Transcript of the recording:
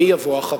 מי יבוא אחריך.